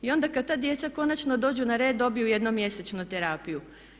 I onda kad ta djeca konačno dođu na red dobiju jednom mjesečno terapiju.